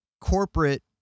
corporate